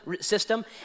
system